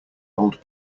old